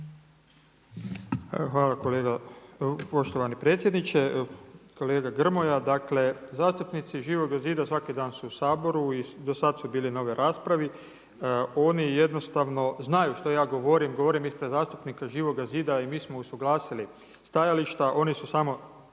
hvala kolega poštovani predsjedniče. Kolega Grmoja, dakle zastupnici Živoga zida svaki dan su u Saboru i dosad su bili na ovoj raspravi. Oni jednostavno znaju što ja govorim, govorim ispred zastupnika Živog zida i mi smo usuglasili stajališta, oni su samo